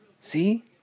See